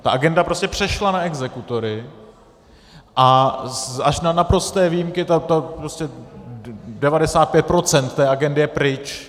Ta agenda prostě přešla na exekutory a až na naprosté výjimky 95 % té agendy je pryč.